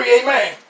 amen